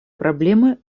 проблемы